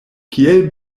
kiel